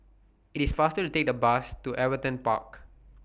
IT IS faster to Take The Bus to Everton Park